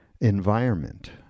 environment